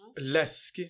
less